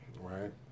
right